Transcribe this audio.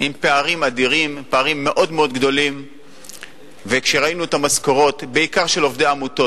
המדינה יוצאת משירותים רבים שהיא צריכה לתת,